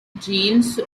genes